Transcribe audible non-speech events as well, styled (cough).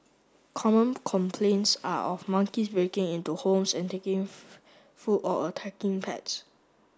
common complaints are of monkeys breaking into homes and taking (unintelligible) food or attacking pets